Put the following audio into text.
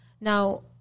Now